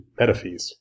Metaphys